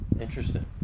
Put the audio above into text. interesting